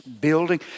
building